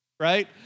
right